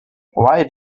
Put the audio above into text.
why